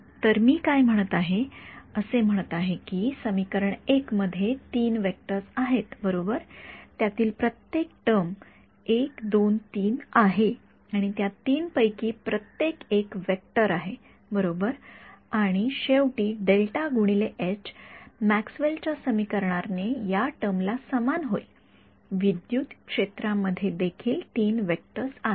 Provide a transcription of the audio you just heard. तर मी काय म्हणत आहे असे म्हणत आहे की समीकरण १ मध्ये ३ वेक्टर्स आहेत बरोबर त्यातील प्रत्येक टर्म १ २ ३ आहे आणि त्या ३ पैकी प्रत्येक १ वेक्टर आहे बरोबर आणि शेवटी मॅक्सवेल च्या समीकरणा ने या टर्म ला समान होईल विद्युत क्षेत्रामध्ये देखील ३ वेक्टर्सआहेत